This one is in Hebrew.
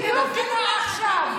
בדיוק כמו עכשיו,